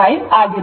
delta 18